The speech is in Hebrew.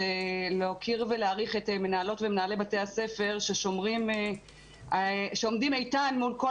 להוקיר ולהעריך את מנהלות ומנהלי בתי הספר שעומדים איתן מול כל